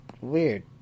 Weird